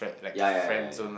ya ya ya ya ya